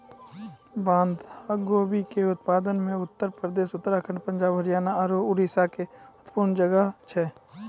बंधा गोभी के उत्पादन मे उत्तर प्रदेश, उत्तराखण्ड, पंजाब, हरियाणा आरु उड़ीसा के महत्वपूर्ण जगह छै